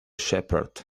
shepherd